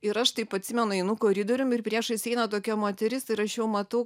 ir aš taip atsimenu einu koridorium ir priešais eina tokia moteris ir aš jau matau